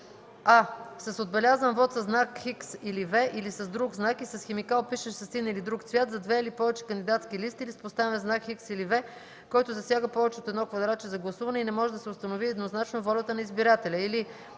а) с отбелязан вот със знак „Х” или „V” или с друг знак и с химикал, пишещ със син или друг цвят, за две или повече кандидатски листи или с поставен знак „Х” или „V”, който засяга повече от едно квадратче за гласуване и не може да се установи еднозначно волята на избирателя,